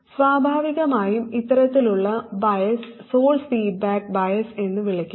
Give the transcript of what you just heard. സ്വാഭാവികമായും ഇത്തരത്തിലുള്ള bias source feedback bias എന്ന് വിളിക്കുന്നു